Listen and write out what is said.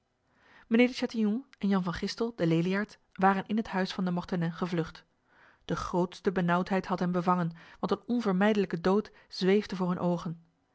de chatillon en jan van gistel de leliaard waren in het huis van de mortenay gevlucht de grootste benauwdheid had hen bevangen want een onvermijdelijke dood zweefde voor hun ogen